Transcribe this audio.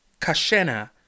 Kashena